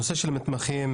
נושא המתמחים